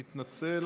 מתנצל.